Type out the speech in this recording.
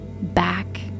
back